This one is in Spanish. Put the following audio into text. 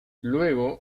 luego